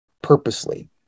purposely